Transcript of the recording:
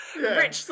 rich